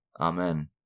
Amen